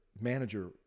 manager